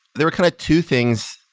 there were kind of two things,